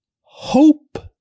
hope